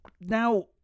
Now